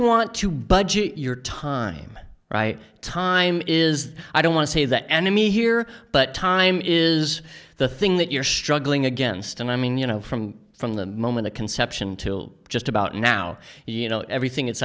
want to budget your time right time is i don't want to say the enemy here but time is the thing that you're struggling against and i mean you know from from the moment of conception till just about now you know everything it's